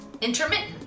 intermittent